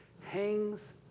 hangs